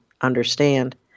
understand